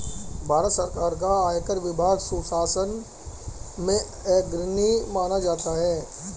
भारत सरकार का आयकर विभाग सुशासन में अग्रणी माना जाता है